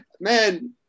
man